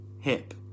hip